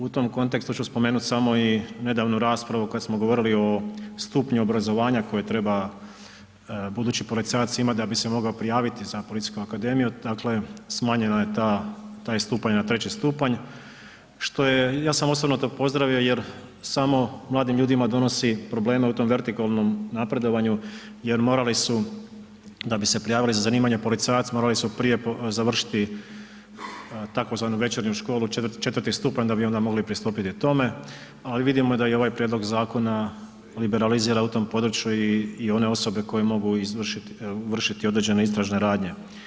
U tom kontekstu ću spomenut samo i nedavnu raspravu kad smo govorili o stupnju obrazovanja koje treba budući policajac imat da bi se mogao prijaviti za Policijsku akademiju, dakle, smanjen je taj stupanj na treći stupanj, ja sam osobno to pozdravio jer samo mladim ljudima donosi probleme u tom vertikalnom napredovanju jer morali su, da bi se prijavili za zanimanje policajac, morali su prije završiti tzv. Večernju školu, 4. stupanj, da bi onda mogli pristupiti tome, ali vidimo da je i ovaj prijedlog zakona liberalizira u tom području i one osobe koje mogu vršiti određene istražne radnje.